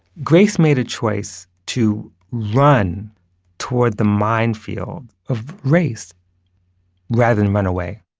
grace made a choice to run toward the minefield of race rather than run away